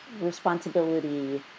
responsibility